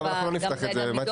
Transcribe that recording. לא אנחנו לא נפתח את זה מטי.